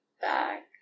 back